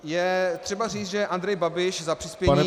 Je třeba říci, že Andrej Babiš za přispění